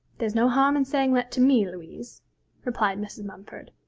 there's no harm in saying that to me, louise replied mrs. mumford.